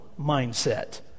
mindset